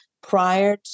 prior